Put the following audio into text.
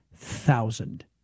thousand